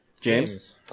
James